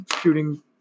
shooting